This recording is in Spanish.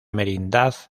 merindad